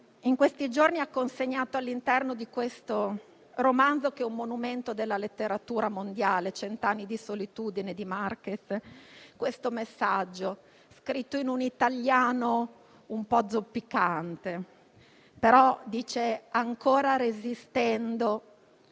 in questi giorni ha consegnato all'interno di un romanzo, che è un monumento della letteratura mondiale, «Cent'anni di solitudine» di Márquez, un messaggio scritto in un italiano un po' zoppicante: «Anchora resetendo.